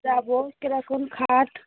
যাব কীরকম খাট